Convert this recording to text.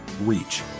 reach